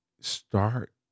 start